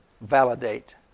validate